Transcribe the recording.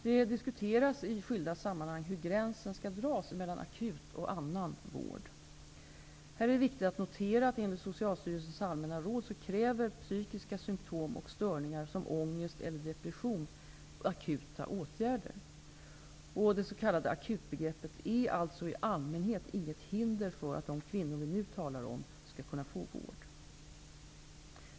Det diskuteras i skilda sammanhang hur gränsen skall dras mellan akut och annan vård. Här är det viktigt att notera, att enligt Socialstyrelsens allmänna råd kräver psykiska symtom och störningar som ångest eller depression akuta åtgärder. Det s.k. akutbegreppet är alltså i allmänhet inget hinder för att de kvinnor vi nu talar om skall få vård.